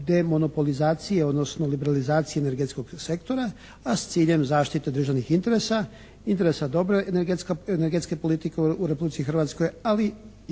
demonopolizacije odnosno liberalizacije energetskog sektora a s ciljem zaštite državnih interesa, interesa dobre energetske politike u Republici Hrvatskoj, ali i,